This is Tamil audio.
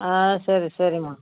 ஆ சரி சரிம்மா